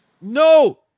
No